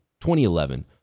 2011